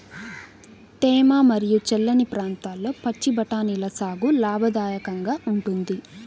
తేమ మరియు చల్లని ప్రాంతాల్లో పచ్చి బఠానీల సాగు లాభదాయకంగా ఉంటుంది